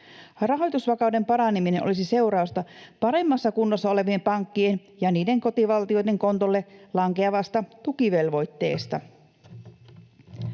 Rahoitusvakauden paraneminen olisi seurausta paremmassa kunnossa olevien pankkien ja niiden kotivaltioiden kontolle lankeavasta tukivelvoitteesta.